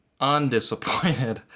undisappointed